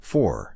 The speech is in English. Four